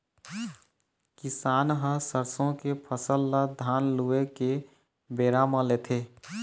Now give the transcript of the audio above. किसान ह सरसों के फसल ल धान लूए के बेरा म लेथे